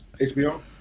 HBO